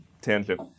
tangent